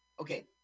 Okay